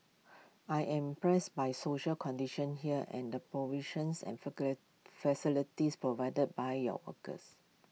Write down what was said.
I am pressed by social conditions here and the provisions and facilities provided by your workers